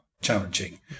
challenging